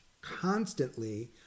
constantly